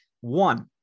one